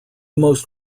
most